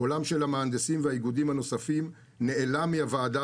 קולם של המהנדסים והאיגודים הנוספים נעלם מהוועדה